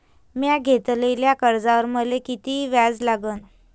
म्या घेतलेल्या कर्जावर मले किती व्याज लागन?